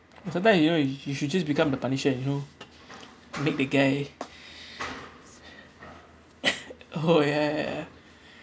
sometimes you know you you should just become the punisher you know make the guy oh ya ya ya